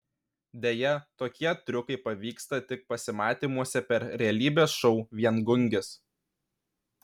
deja tokie triukai pavyksta tik pasimatymuose per realybės šou viengungis